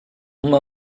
uma